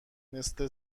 مثل